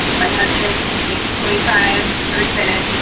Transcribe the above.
my husband takes twenty five, thirty minute.